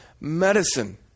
medicine